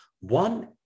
One